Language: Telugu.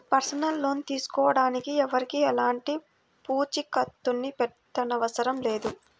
పర్సనల్ లోన్ తీసుకోడానికి ఎవరికీ ఎలాంటి పూచీకత్తుని పెట్టనవసరం లేదు